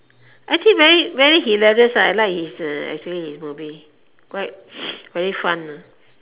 actually very very hilarious ah I like his uh actually his movies like very fun know